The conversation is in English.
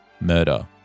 murder